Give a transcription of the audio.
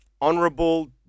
honorable